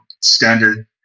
standard